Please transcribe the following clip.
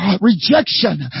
Rejection